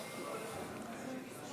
אני מתכבד להודיעכם,